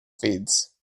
feeds